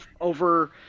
over